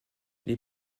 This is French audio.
les